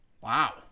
Wow